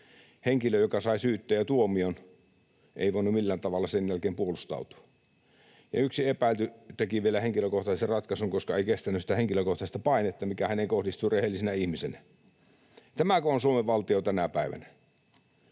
Henkilö, joka sai syytteen ja tuomion, ei voinut millään tavalla sen jälkeen puolustautua. Ja yksi epäilty teki vielä henkilökohtaisen ratkaisun, koska ei kestänyt sitä henkilökohtaista painetta, mikä häneen kohdistui rehellisenä ihmisenä. Tämäkö on Suomen valtio tänä päivänä?